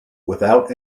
without